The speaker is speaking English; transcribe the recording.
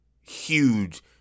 huge